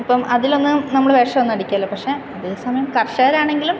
ഇപ്പം അതിലൊന്ന് നമ്മൾ വിഷം ഒന്നും അടിക്കുകയില്ലല്ലോ പക്ഷേ അതേസമയം കർഷകരാണെങ്കിലും